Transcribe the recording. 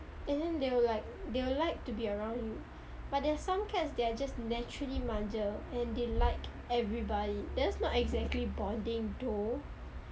and then they will like they would like to be around you but there's some cats that are just naturally manja and they like everybody that's not exactly bonding though